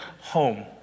home